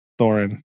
Thorin